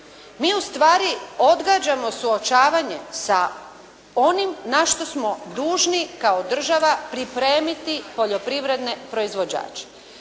Mi ustvari odgađamo suočavanje sa onim na što smo dužni kao država pripremiti poljoprivredne proizvođače.